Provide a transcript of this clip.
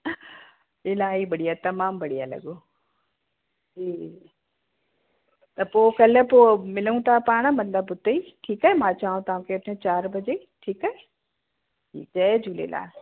इलाही बढ़िया तमामु बढ़िया लॻो हूं त पोइ कल्ह पोइ मिलूं था पाण मतिलब हुते ई ठीकु आहे मां अचांव तव्हांखे हुते चारि बजे ई ठीकु आहे जय झूलेलाल